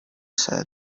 said